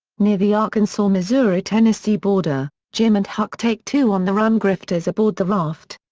near the arkansas-missouri-tennessee border, jim and huck take two on-the-run grifters aboard the raft.